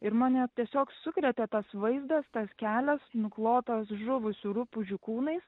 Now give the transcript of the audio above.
ir mane tiesiog sukrėtė tas vaizdas tas kelias nuklotas žuvusių rupūžių kūnais